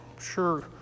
Sure